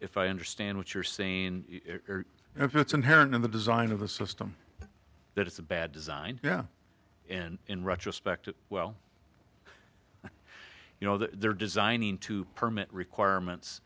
if i understand what you're saying and if it's inherent in the design of the system that it's a bad design yeah and in retrospect it well you know they're designing to permit requirements